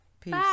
Peace